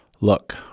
Look